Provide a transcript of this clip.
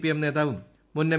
P I M നേതാവും മുൻ M